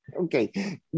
Okay